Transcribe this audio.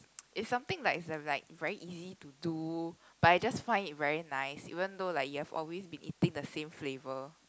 it's something like it's a like very easy to do but I just find it very nice even though like you have always been eating the same flavor